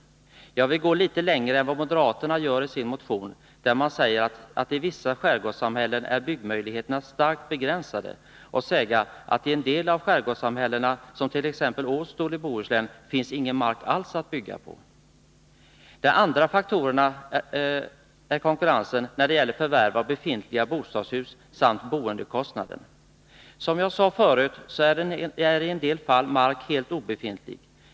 Jag vill gå lite längre än vad moderaterna gör i sin motion, där man säger att i vissa skärgårdssamhällen byggmöjligheterna är starkt begränsade, och säga att i en del av skärgårdssamhällena som t.ex. Åstol i Bohuslän finns ingen mark alls att bygga på. De andra faktorerna är konkurrensen, när det gäller förvärv av befintliga bostadshus, samt boendekostnaden. Som jag sade förut så är i en del fall mark helt obefintlig.